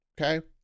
okay